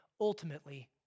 ultimately